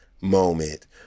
moment